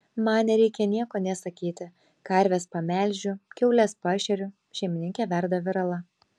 man nereikia nieko nė sakyti karves pamelžiu kiaules pašeriu šeimininkė verda viralą